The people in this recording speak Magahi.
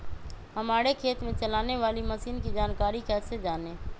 हमारे खेत में चलाने वाली मशीन की जानकारी कैसे जाने?